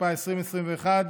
התשפ"א 2021,